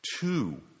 two